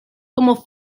como